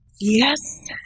Yes